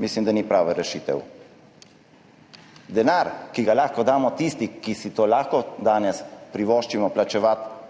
mislim, da ni prava rešitev. Denar, ki ga lahko damo tistim, ki si lahko danes privoščimo plačevati